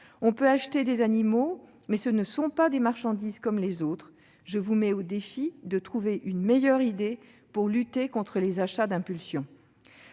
On peut acheter des animaux, mais ce ne sont pas des marchandises comme les autres. Je vous mets au défi de trouver meilleure idée pour lutter contre les achats d'impulsion